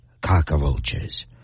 cockroaches